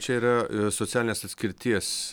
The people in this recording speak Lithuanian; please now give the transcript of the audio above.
čia yra socialinės atskirties